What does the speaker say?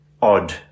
odd